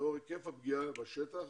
לאור היקף הפגיעה בשטח,